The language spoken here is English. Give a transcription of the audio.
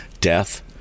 Death